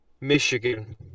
Michigan